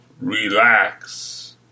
relax